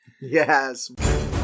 Yes